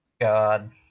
god